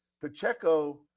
Pacheco